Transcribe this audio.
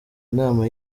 nama